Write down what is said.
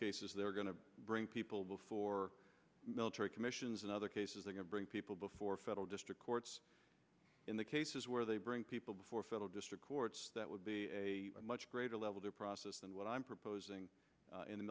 cases they're going to bring people before military commissions in other cases they can bring people before federal district courts in the cases where they bring people before federal district courts that would be a much greater level to process than what i'm proposing in the